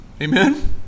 Amen